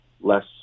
less